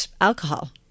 alcohol